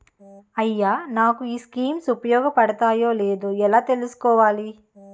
అయ్యా నాకు ఈ స్కీమ్స్ ఉపయోగ పడతయో లేదో ఎలా తులుసుకోవాలి?